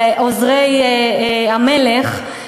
לעוזרי המלך,